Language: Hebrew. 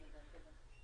לא.